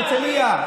תראה מה קרה בהרצליה.